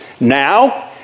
now